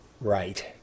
right